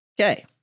Okay